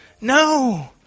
No